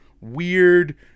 weird